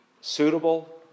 suitable